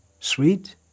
Sweet